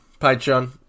Patreon